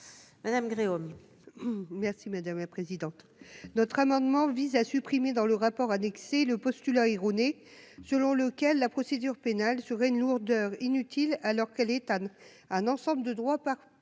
madame Gréaume. Merci madame la présidente, notre amendement vise à supprimer dans le rapport annexé le postulat erroné selon lequel la procédure pénale serait une lourdeur inutile, alors que l'état un ensemble de droits par